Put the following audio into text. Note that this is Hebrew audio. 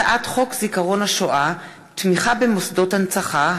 הצעת חוק זיכרון השואה (תמיכה במוסדות הנצחה),